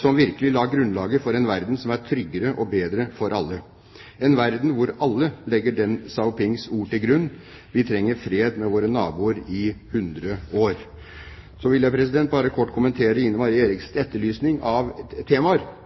som virkelig la grunnlaget for en verden som er tryggere og bedre for alle, en verden hvor alle legger Deng Xiaopings ord til grunn: Vi trenger fred med våre naboer i 100 år. Så vil jeg bare kort kommentere Ine Marie Eriksen Søreides etterlysning av temaer.